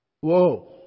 Whoa